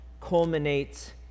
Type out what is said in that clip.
culminates